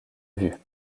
vues